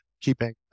keeping